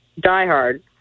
diehard